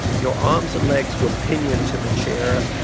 your arms and legs were pinioned to the chair,